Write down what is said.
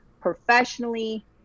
professionally